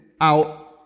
out